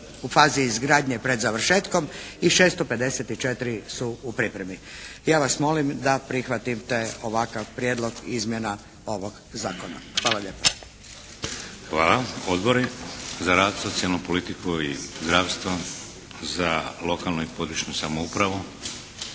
u fazi izgradnje pred završetkom i 654 su u pripremi. Ja vas molim da prihvatite ovakav Prijedlog izmjena ovog Zakona. **Šeks, Vladimir (HDZ)** Hvala. Odbori za rad, socijalnu politiku i zdravstvo? Za lokalnu i područnu samoupravu?